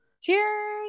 Cheers